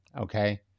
okay